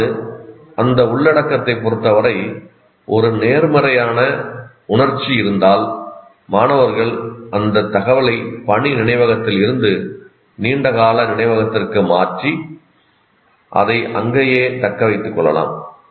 அதாவது அந்த உள்ளடக்கத்தைப் பொறுத்தவரை ஒரு நேர்மறையான உணர்ச்சி இருந்தால் மாணவர்கள் அந்தத் தகவலை பணி நினைவகத்திலிருந்து நீண்டகால நினைவகத்திற்கு மாற்றி அதை அங்கேயே தக்க வைத்துக் கொள்ளலாம்